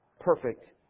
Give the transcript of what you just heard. perfect